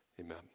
amen